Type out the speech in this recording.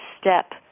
step